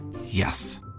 Yes